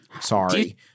sorry